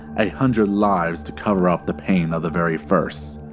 a hundred lives to cover up the pain of the very first.